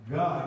God